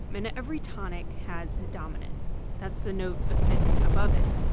and every tonic has a dominant that's the note a fifth above it.